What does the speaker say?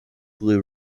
blue